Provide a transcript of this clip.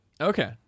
Okay